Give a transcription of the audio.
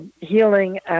Healing